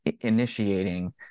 initiating